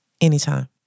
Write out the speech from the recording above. Anytime